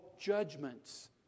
judgments